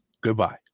goodbye